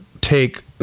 take